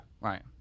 Right